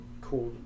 cool